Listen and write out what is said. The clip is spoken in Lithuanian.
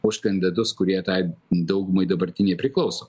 už kandidatus kurie tai daugumai dabartinei priklauso